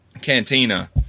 Cantina